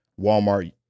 Walmart